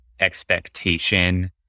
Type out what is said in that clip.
expectation